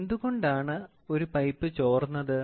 എന്തുകൊണ്ടാണ് ഒരു പൈപ്പ് ചോർന്നത്